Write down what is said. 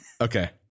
okay